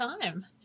time